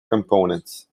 components